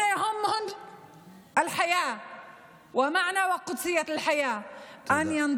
( שאכפת להן מהמשמעות ומקדושה של החיים להצטרף